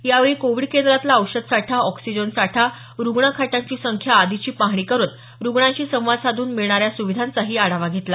यावेळी कोविड केंद्रातला औषध साठा ऑक्सिजन साठा रुग्णखाटांची संख्या आदीची पाहणी करत रुग्णांशी संवाद साधून मिळणाऱ्या सुविधांचाही आढावा घेतला